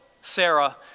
Sarah